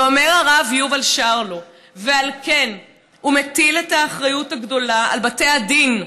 ואומר הרב יובל שרלו ועל כן הוא מטיל את האחריות הגדולה על בתי הדין,